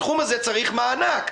התחום הזה צריך מענק.